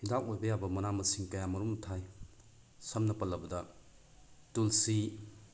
ꯍꯤꯗꯥꯛ ꯑꯣꯏꯕ ꯌꯥꯕ ꯃꯅꯥ ꯃꯁꯤꯡ ꯀꯌꯥꯃꯔꯨꯝ ꯊꯥꯏ ꯁꯝꯅ ꯄꯜꯂꯕꯗ ꯇꯨꯜꯁꯤ